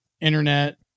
internet –